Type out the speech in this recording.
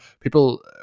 people